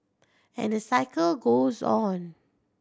and the cycle goes on